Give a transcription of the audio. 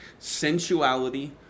sensuality